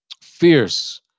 Fierce